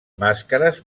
màscares